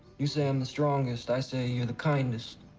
you say i'm the strongest. i say you're the kindest.